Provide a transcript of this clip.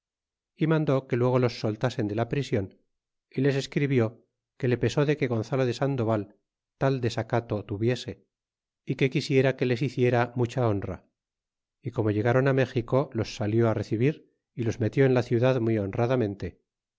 y mandó que luego los soltasen de la prision y les escribió que le pesó de que gonzalo de sandoval tal desacato tuviese é que quisiera que les hiciera mucha honra y como llegron méxico los salió recibir y los metió en la ciudad muy honradamente